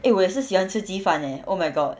eh 我也是喜欢吃鸡饭 eh oh my god